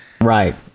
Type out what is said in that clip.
right